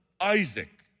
Isaac